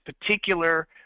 particular